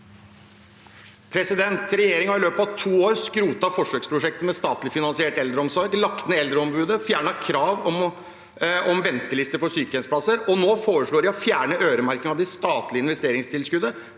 Regjeringen har i løpet av to år skrotet forsøksprosjektet med statlig finansiert eldreomsorg, lagt ned Eldreombudet, fjernet krav om ventelister for sykehjemsplasser, og nå foreslår den å fjerne øremerking av det statlige investeringstilskuddet,